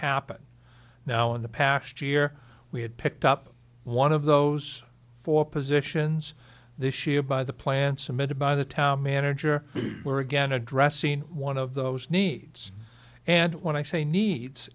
happen now in the past year we had picked up one of those four positions this year by the plan submitted by the town manager we're again addressing one of those needs and when i say needs